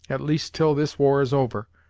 at least till this war is over.